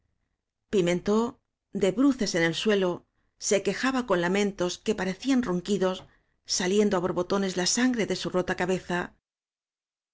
pimentón de bruces en el suelo se quejaba áñ con lamentos que parecían ronquidos saliendo á borbotones la sangre de su rota cabeza